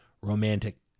romantic